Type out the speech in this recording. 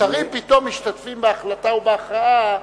שרים פתאום משתתפים בהחלטה ובהכרעה,